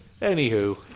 Anywho